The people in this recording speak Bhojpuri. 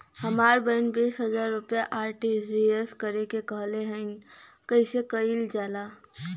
हमर बहिन बीस हजार रुपया आर.टी.जी.एस करे के कहली ह कईसे कईल जाला?